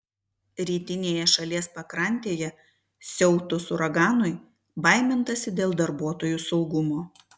rytinėje šalies pakrantėje siautus uraganui baimintasi dėl darbuotojų saugumo